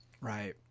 Right